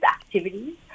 activities